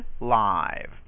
live